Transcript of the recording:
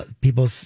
People